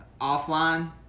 offline